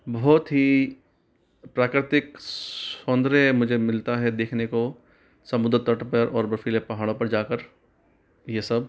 बहुत ही प्राकृतिक सौंदर्य मुझे मिलता है देखने को समुद्र तट पर और बर्फीले पहाड़ों पर जाकर यह सब